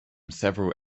several